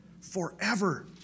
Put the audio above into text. Forever